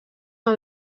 amb